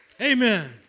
Amen